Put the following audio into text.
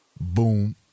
Boom